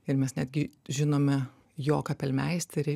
ir mes netgi žinome jo kapelmeisterį